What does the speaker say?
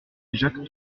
jacques